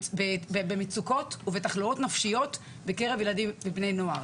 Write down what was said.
במצוקות ובתחלואות נפשיות בקרב ילדים ובני נוער.